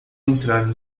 entrar